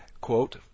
quote